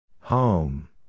Home